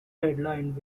headlined